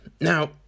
now